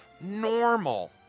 normal